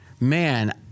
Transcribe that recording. man